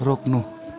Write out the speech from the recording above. रोक्नु